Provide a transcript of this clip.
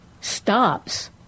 stops